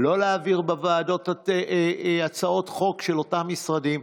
לא להעביר בוועדות הצעות חוק של אותם משרדים.